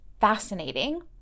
fascinating